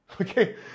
Okay